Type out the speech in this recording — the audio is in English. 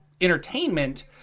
entertainment